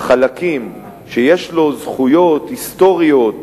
חלקים שיש לו בהם זכויות היסטוריות,